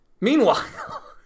Meanwhile